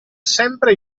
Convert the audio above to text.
sempre